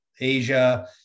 Asia